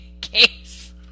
case